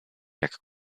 jak